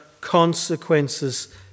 consequences